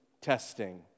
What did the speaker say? testing